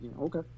okay